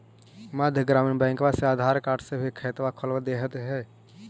मध्य ग्रामीण बैंकवा मे आधार कार्ड से भी खतवा खोल दे है?